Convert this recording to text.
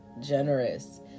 generous